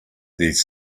these